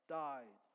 died